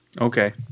Okay